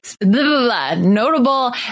notable